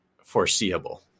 foreseeable